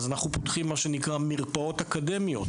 אז אנחנו פותחים מרפאות אקדמיות